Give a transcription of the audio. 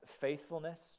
faithfulness